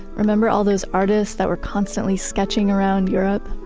remember all those artists that were constantly sketching around europe?